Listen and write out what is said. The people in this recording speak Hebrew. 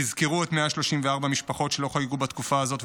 תזכרו את 134 המשפחות שלא חגגו בתקופה הזאת,